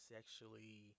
Sexually